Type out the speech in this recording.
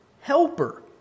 Helper